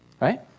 Right